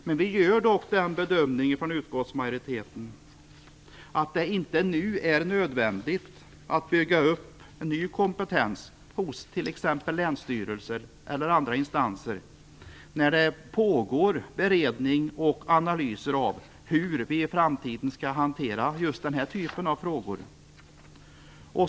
Men utskottsmajoriteten gör dock den bedömningen att det inte nu är nödvändigt att bygga upp ny kompetens hos t.ex. länsstyrelser eller andra instanser eftersom det pågår beredning och analyser av hur vi i framtiden skall hantera just den här typen av frågor.